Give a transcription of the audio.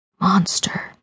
Monster